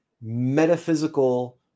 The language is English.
metaphysical